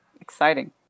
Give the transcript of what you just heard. exciting